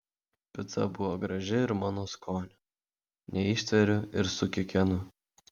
pica buvo graži ir mano skonio neištveriu ir sukikenu